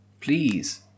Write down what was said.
please